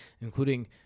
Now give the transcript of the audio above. including –